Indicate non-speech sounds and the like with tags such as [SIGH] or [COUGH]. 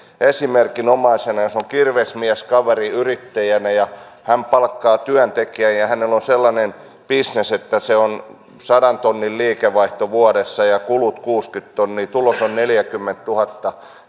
esimerkinomaisesti jos on kirvesmieskaveri yrittäjänä ja hän palkkaa työntekijän ja ja hänellä on sellainen bisnes että se on sadan tonnin liikevaihto vuodessa ja kulut kuusikymmentätuhatta tulos on neljäkymmentätuhatta [UNINTELLIGIBLE]